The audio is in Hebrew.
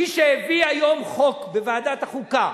מי שהביא היום חוק בוועדת החוקה,